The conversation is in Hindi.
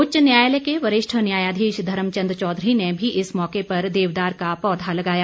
उच्च न्यायालय के वरिष्ठ न्यायाधीश धर्मचंद चौधरी ने भी इस मौके पर देवदार का पौधा लगाया